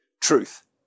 Truth